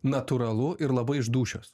natūralu ir labai iš dūšios